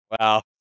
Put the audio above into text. Wow